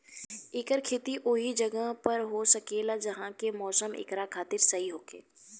एकर खेती ओहि जगह पर हो सकेला जहा के मौसम एकरा खातिर सही होखे